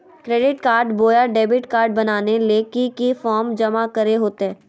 Credit card बोया debit card बनाने ले की की फॉर्म जमा करे होते?